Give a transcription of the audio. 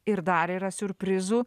ir dar yra siurprizų